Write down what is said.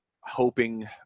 hoping